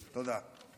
תודה.